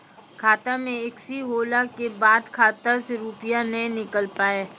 खाता मे एकशी होला के बाद खाता से रुपिया ने निकल पाए?